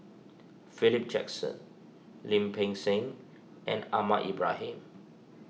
Philip Jackson Lim Peng Siang and Ahmad Ibrahim